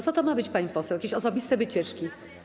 Co to ma być, pani poseł, jakieś osobiste wycieczki?